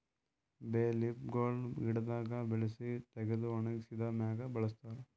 ಬೇ ಲೀಫ್ ಗೊಳ್ ಗಿಡದಾಗ್ ಬೆಳಸಿ ತೆಗೆದು ಒಣಗಿಸಿದ್ ಮ್ಯಾಗ್ ಬಳಸ್ತಾರ್